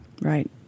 Right